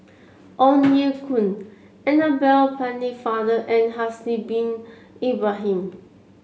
Ong Ye Kung Annabel Pennefather and Haslir Bin Ibrahim